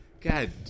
God